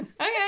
Okay